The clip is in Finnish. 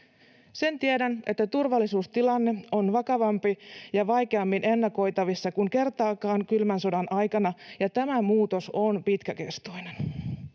Sen tiedän, että turvallisuustilanne on vakavampi ja vaikeammin ennakoitavissa kuin kertaakaan kylmän sodan aikana, ja tämä muutos on pitkäkestoinen.